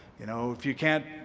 you know, if you can't